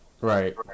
right